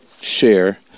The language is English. share